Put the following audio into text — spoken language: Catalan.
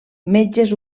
metges